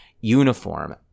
uniform